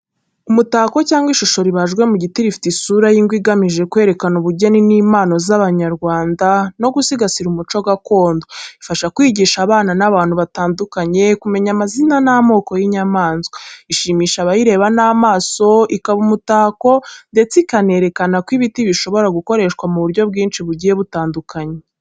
Umutako cyangwa ishusho ribajwe mu giti rifite isura y’ingwe, igamije kwerekana ubugeni n’impano z’abanyarwanda, no gusigasira umuco gakondo. Ifasha mu kwigisha abana n’abantu batandukanye kumenya amazina n'amoko y'inyamaswa. Ishimisha abayireba n'amaso, ikaba umutako, ndetse ikerekana ko ibiti bishobora gukoreshwa mu buryo bwinshi bugiye butandukanye.